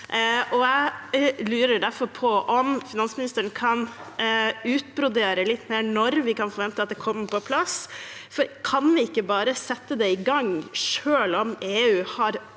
Jeg lurer derfor på om finansministeren kan utbrodere litt mer med tanke på når vi kan forvente at det kommer på plass. Kan vi ikke bare sette det i gang, selv om EU har